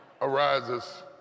arises